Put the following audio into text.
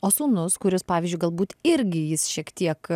o sūnus kuris pavyzdžiui galbūt irgi jis šiek tiek